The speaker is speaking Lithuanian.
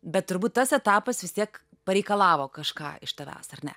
bet turbūt tas etapas vis tiek pareikalavo kažką iš tavęs ar ne